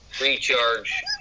recharge